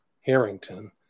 Harrington